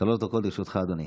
שלוש דקות לרשותך, אדוני.